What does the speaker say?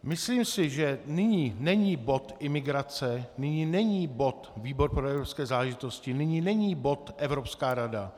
Myslím si, že nyní není bod imigrace, nyní není bod výbor pro evropské záležitosti, nyní není bod Evropská rada.